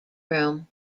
room